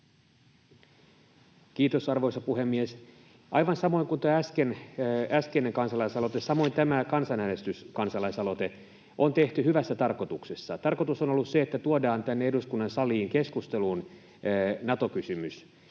Kiitos, arvoisa puhemies! Aivan samoin kuin tuo äskeinen kansalaisaloite, myös tämä kansanäänestyskansalaisaloite on tehty hyvässä tarkoituksessa. Tarkoitus on ollut se, että tuodaan tänne eduskunnan saliin keskusteluun Nato-kysymys,